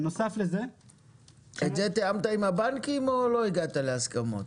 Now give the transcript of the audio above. את זה תיאמת עם הבנקים או לא הגעת להסכמות?